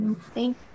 Thank